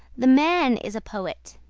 the man is a poet.